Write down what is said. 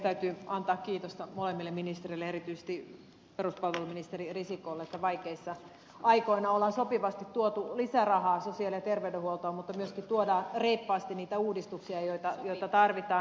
täytyy antaa kiitosta molemmille ministereille erityisesti peruspalveluministeri risikolle että vaikeina aikoina on sopivasti tuotu lisärahaa sosiaali ja terveydenhuoltoon mutta myöskin tuodaan reippaasti niitä uudistuksia joita tarvitaan